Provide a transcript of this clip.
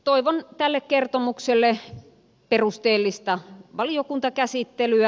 toivon tälle kertomukselle perusteellista valiokuntakäsittelyä